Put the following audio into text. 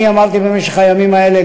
אני אמרתי במשך הימים האלה,